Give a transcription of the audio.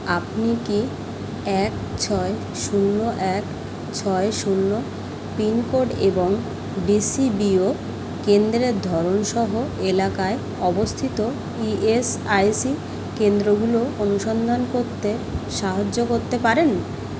আপনি কি এক ছয় শূন্য এক ছয় শূন্য পিনকোড এবং ডিসিবিও কেন্দ্রের ধরন সহ এলাকায় অবস্থিত ইএসআইসি কেন্দ্রগুলো অনুসন্ধান করতে সাহায্য করতে পারেন